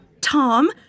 Tom